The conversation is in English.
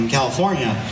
California